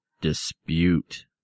Dispute